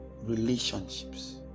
Relationships